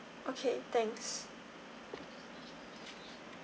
okay thanks